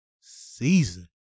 season